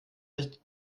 nicht